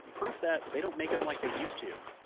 proof that they don't make em like they used to.